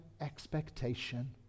expectation